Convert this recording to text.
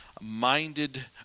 minded